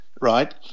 right